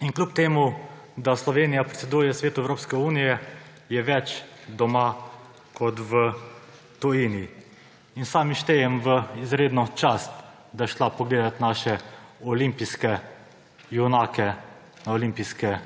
je, kljub temu da Slovenija predseduje svetu Evropske unije, več doma kot v tujini. Sam ji štejem v izredno čast, da je šla podpirat naše olimpijske junake na Olimpijske